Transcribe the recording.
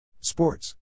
Sports